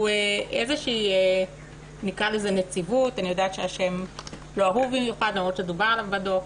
איזו נציבות אני יודעת שהשם לא אהוב במיוחד למרות שדובר עליו בדוח.